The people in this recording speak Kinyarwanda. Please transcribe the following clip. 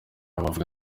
abavuga